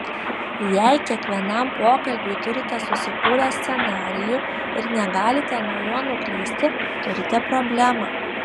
jei kiekvienam pokalbiui turite susikūrę scenarijų ir negalite nuo jo nuklysti turite problemą